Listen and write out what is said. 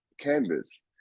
canvas